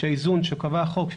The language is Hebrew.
שהאיזון שקבע החוק,